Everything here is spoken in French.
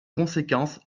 conséquence